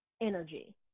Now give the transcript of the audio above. energy